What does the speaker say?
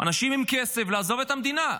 אנשים עם כסף, לעזוב את המדינה.